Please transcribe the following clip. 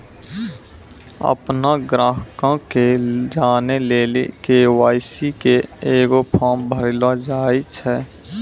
अपनो ग्राहको के जानै लेली के.वाई.सी के एगो फार्म भरैलो जाय छै